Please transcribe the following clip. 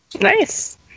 Nice